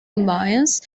ambience